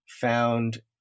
found